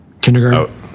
Kindergarten